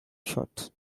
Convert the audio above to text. shut